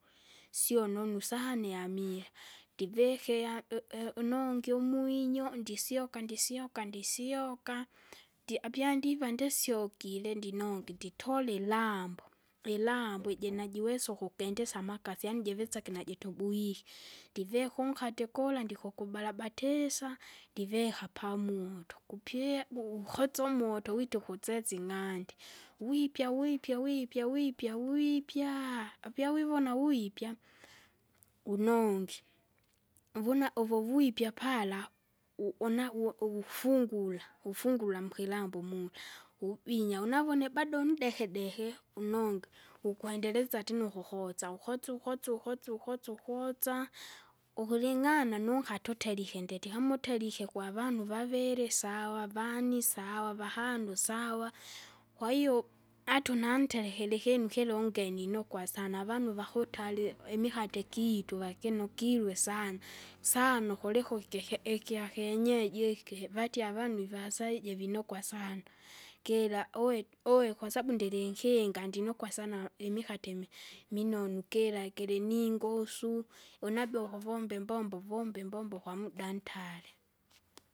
Sio nonu sana iamira, ndivikea ui- ui- unongi umwinyo, ndisyoka ndisyoka ndisyoka ndisyooka, ndya apandipa ndisyokire, ndinongi nditora ilambo, ilambo iji najiwesa ukukendesya amakasi yaani jivisake najitobwihe, ndivika unkate gula ndikuku balabatisa, ndivika pamuto, kupia buhukosya umoto wita ukutsesi ing'andi. Wipya wipya wipya wipya wiippya, apyawivona wipya, unongi, uvuna uvuvipya pala, u- una- uo- uwufungula ufungura mukilambo mula, ubinya unavone bado mdekedeke unonga, ukwaendeleza tena ukukosa, ukotsa ukotsa ukotsa, ukutsa ukootsa. Ukuling'ana unkate uterike ndeti, kama uterike gwavanu waviri sawa, wanne sawa, vahano sawa. Kwahiyo ata unanterekere ikinu kilonge ninokwa sana avanu vakutali imikate igiitu vakinukirwe sana, sana ukuliko ikeheke ikyakyenyeji iki vatie avanu ivasaiji vinokwa sana. KIra uwe uwe kwasabu ndilinkingandinokwa sana, imikate imi- iminonu gira giliningosu, unabea ukuvomba imbombo vomba imbombo kwa muda ntari.